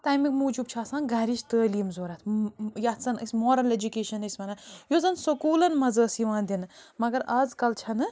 تَمہِ موٗجوٗب چھِ آسان گھرِچ تٔعلیٖم ضروٗرت ییٚتھ زن أسۍ موٛارَل ایٚجوکیشَن أسۍ ونان یۄس زن سکولَن منٛز ٲس یوان دنہٕ مگر آزکل چھَنہٕ